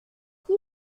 qui